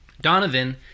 donovan